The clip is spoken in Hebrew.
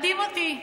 מדהים אותי,